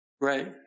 Right